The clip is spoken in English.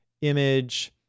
image